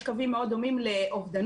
יש קווים מאוד דומים לאובדנות,